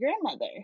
grandmother